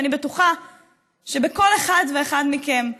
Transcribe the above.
אני בטוחה שבכל אחד ואחד מכם,